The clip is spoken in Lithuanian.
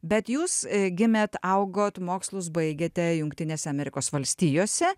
bet jūs gimėt augot mokslus baigėte jungtinėse amerikos valstijose